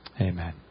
Amen